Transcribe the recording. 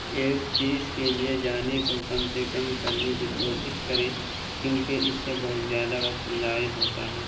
ایک چیز کے لیے جانے کو کم سے کم کرنے کی کوسش کریں کیونکہ اس سے بہت زیادہ وقت ضائع ہوتا ہے